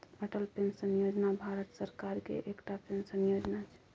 Atal pension योजना भारत सरकारक एकटा पेंशन योजना छै